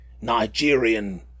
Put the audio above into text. Nigerian